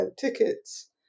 tickets